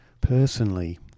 Personally